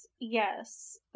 yes